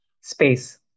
space